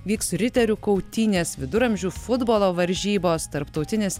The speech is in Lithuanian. vyks riterių kautynės viduramžių futbolo varžybos tarptautinis